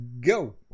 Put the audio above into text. go